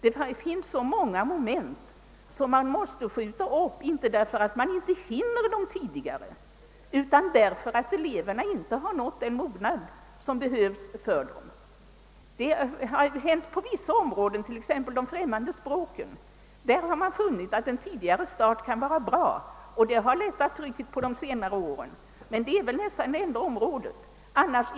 Det finns så många moment som man då måste skjuta in, inte därför att man inte hinner gå igenom dem tidigare utan därför att eleverna inte förrän på detta stadium nått den mognad som behövs för dem. Beträffande de främmande språken har man visserligen funnit att en tidigare start kan vara fördelaktig, vilket har lättat trycket på de senare skolåren, men detta är nästan det enda område där ett sådant förhållande gäiler.